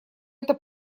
это